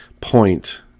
point